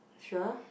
sure